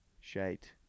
shite